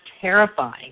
terrifying